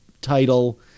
title